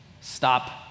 stop